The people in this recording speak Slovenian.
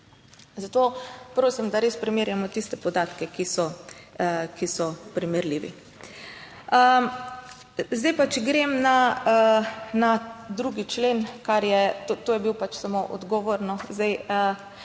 Zato prosim, da res primerjamo tiste podatke, ki so, ki so primerljivi. Zdaj pa, če grem na 2. člen, kar je, to je bil pač samo odgovor, no, zdaj